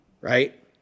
Right